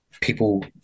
people